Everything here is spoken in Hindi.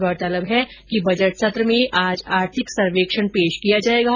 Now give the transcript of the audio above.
गौरतलब है कि बजट सत्र में आज आर्थिक सर्वेक्षण पेश होगा